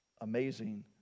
amazing